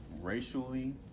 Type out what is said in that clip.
racially